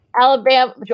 Alabama